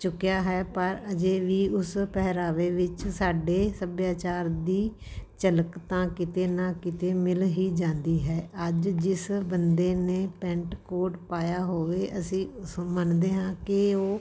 ਚੁੱਕਿਆ ਹੈ ਪਰ ਅਜੇ ਵੀ ਉਸ ਪਹਿਰਾਵੇ ਵਿੱਚ ਸਾਡੇ ਸੱਭਿਆਚਾਰ ਦੀ ਝਲਕ ਤਾਂ ਕਿਤੇ ਨਾ ਕਿਤੇ ਮਿਲ ਹੀ ਜਾਂਦੀ ਹੈ ਅੱਜ ਜਿਸ ਬੰਦੇ ਨੇ ਪੈਂਟ ਕੋਟ ਪਾਇਆ ਹੋਵੇ ਅਸੀਂ ਉਸ ਮੰਨਦੇ ਹਾਂ ਕਿ ਉਹ